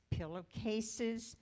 pillowcases